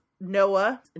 noah